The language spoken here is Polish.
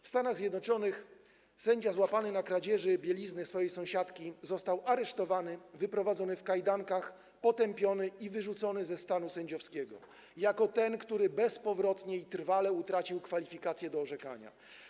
W Stanach Zjednoczonych sędzia złapany na kradzieży bielizny swojej sąsiadki został aresztowany, wyprowadzony w kajdankach, potępiony i wyrzucony ze stanu sędziowskiego jako ten, który bezpowrotnie i trwale utracił kwalifikacje do orzekania.